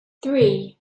three